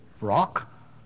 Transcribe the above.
Rock